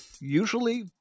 usually